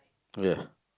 oh ya